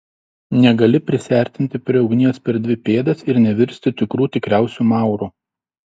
negali prisiartinti prie ugnies per dvi pėdas ir nevirsti tikrų tikriausiu mauru